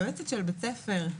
יועצת בית הספר,